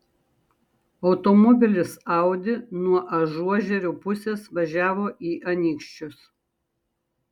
automobilis audi nuo ažuožerių pusės važiavo į anykščius